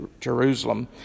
Jerusalem